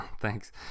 Thanks